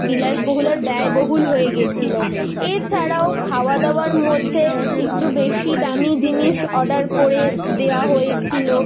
বিলাসবহুল আর ব্যয়বহুল হয়ে গিয়েছিল এছাড়াও খাওয়া দাওয়ার মধ্যে একটু বেশি দামি জিনিস অর্ডার করে দেওয়া হয়েছিল